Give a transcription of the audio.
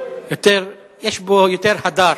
יש בו יותר הדר.